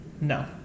No